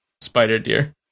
Spider-Deer